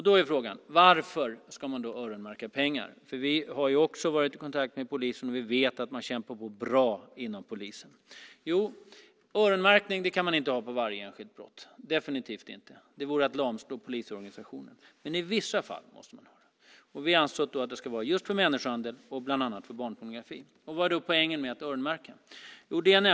Då är frågan: Varför ska man öronmärka pengar? Vi har också varit i kontakt med polisen, och vi vet att man kämpar på bra inom polisen. Öronmärkning kan man inte ha på varje enskilt brott, definitivt inte. Det vore att lamslå polisorganisationen. Men i vissa fall måste man ha det. Vi anser att det ska vara just för människohandel och bland annat för barnpornografi. Vad är poängen med att öronmärka?